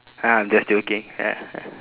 uh I'm just joking ah ah